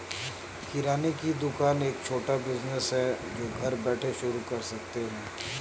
किराने की दुकान एक छोटा बिज़नेस है जो की घर बैठे शुरू कर सकते है